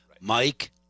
Mike